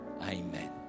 amen